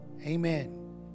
Amen